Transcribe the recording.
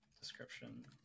description